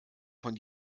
von